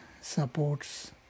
supports